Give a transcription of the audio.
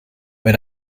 wenn